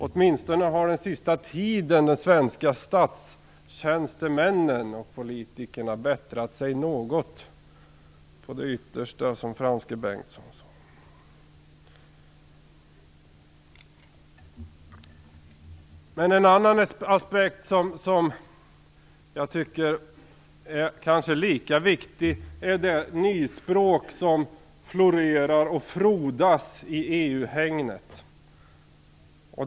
Åtminstone har de svenska statstjänstemännen och politikerna på sista tiden bättrat sig något - på det yttersta, som Frans G. En annan aspekt som jag kanske tycker är lika viktig är det nyspråk som florerar och frodas i EU hägnet.